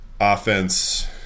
offense